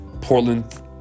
Portland